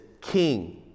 king